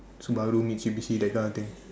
Subaru Mitsubishi that kind of thing